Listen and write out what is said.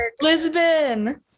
Lisbon